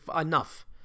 enough